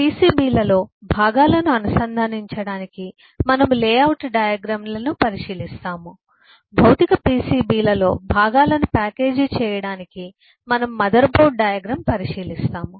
PCB లలో భాగాలను అనుసంధానించడానికి మనము లేఅవుట్ డయాగ్రమ్ లను పరిశీలిస్తాము భౌతిక PCBలో భాగాలను ప్యాకేజీ చేయడానికి మనము మదర్బోర్డు డయాగ్రమ్ పరిశీలిస్తాము